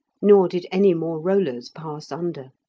nor did any more rollers pass under.